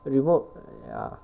the re-mod ya